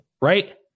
right